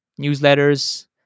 newsletters